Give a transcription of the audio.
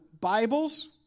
Bibles